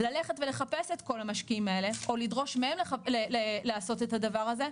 ללכת ולחפש את כל המשקיעים האלה או לדרוש מהם לעשות את הדבר הזה,